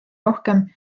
rohkem